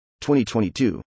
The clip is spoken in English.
2022